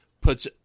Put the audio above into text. puts